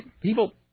People